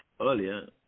earlier